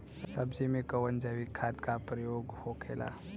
सब्जी में कवन जैविक खाद का प्रयोग होखेला?